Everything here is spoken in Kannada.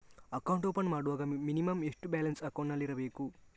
ಅಕೌಂಟ್ ಓಪನ್ ಮಾಡುವಾಗ ಮಿನಿಮಂ ಎಷ್ಟು ಬ್ಯಾಲೆನ್ಸ್ ಅಕೌಂಟಿನಲ್ಲಿ ಇರಬೇಕು?